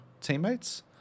teammates